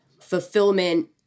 fulfillment